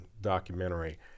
documentary